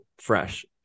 fresh